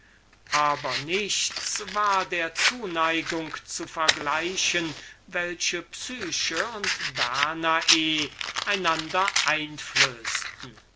aber nichts war der liebe zu vergleichen welche psyche und danae einander einflößten